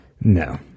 no